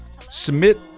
Submit